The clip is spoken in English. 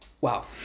Wow